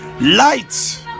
lights